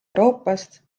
euroopast